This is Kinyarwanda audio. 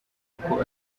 kuko